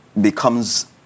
becomes